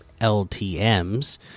ltms